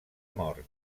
mort